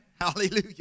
Hallelujah